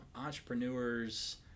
entrepreneurs